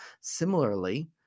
Similarly